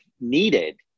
needed